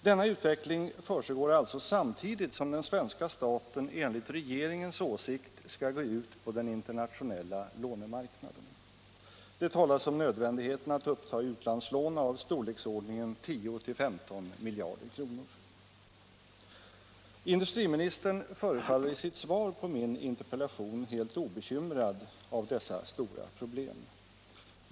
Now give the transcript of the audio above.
Denna utveckling försiggår alltså samtidigt som svenska staten enligt 49 50 regeringens åsikt skall gå ut på den internationella lånemarknaden. Det talas om nödvändigheten av att uppta utlandslån av storleksordningen 10-15 miljarder kronor. Industriministern förefaller i sitt svar på min interpellation helt obekymrad av dessa stora problem.